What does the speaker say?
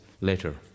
later